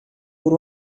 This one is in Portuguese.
por